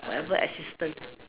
whatever assistance